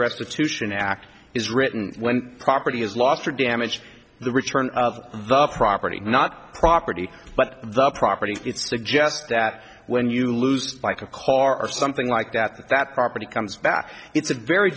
restitution act is written when property is lost or damaged the return of the property not property but the property it suggest that when you lose like a car or something like that that property comes back it's a very